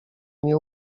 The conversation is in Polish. nie